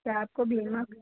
sir आपको बीमा